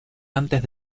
antes